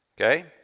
Okay